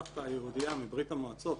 הסבתא היהודייה מברית-המועצות,